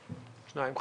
2 נמנעים,